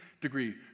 degree